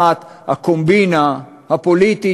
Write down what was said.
1. הקומבינה הפוליטית,